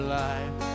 life